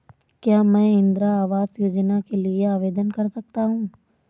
क्या मैं इंदिरा आवास योजना के लिए आवेदन कर सकता हूँ?